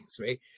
right